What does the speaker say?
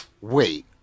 Wait